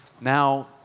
Now